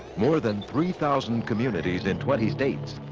more than three thousand communities in twenty states,